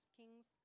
kings